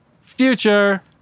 future